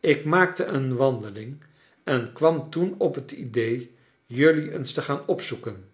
ik maakte een wandeling en kwam toen op het idee jullie eens te gaan opzoeken